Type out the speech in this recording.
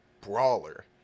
brawler